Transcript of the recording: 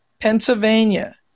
Pennsylvania